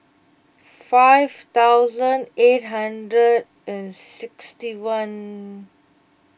five thousand eight hundred and sixty one